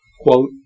Quote